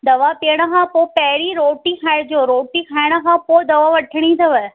दवा पीअण खां पोइ पहिरीं रोटी खाइजो रोटी खाइण खां पोइ दवा वठिणी अथव